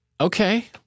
Okay